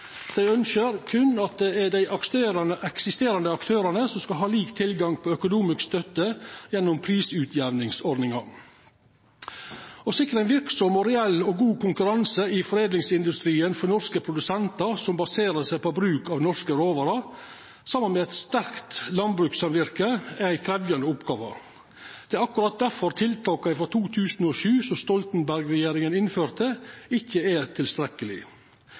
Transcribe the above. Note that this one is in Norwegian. Dei ønskjer berre at det er dei eksisterande aktørane som skal ha lik tilgang på økonomisk støtte gjennom prisutjamningsordninga. Å sikra ein verksam, reell og god konkurranse i foredlingsindustrien for norske produsentar som baserer seg på bruk av norske råvarer, saman med eit sterkt landbrukssamverke, er ei krevjande oppgåve. Det er akkurat derfor tiltaka frå 2007 som Stoltenberg-regjeringa innførte, ikkje er